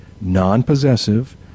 non-possessive